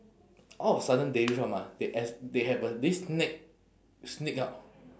all of a sudden dairy farm ah they as they have a this snake sneak out